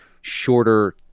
shorter